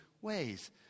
ways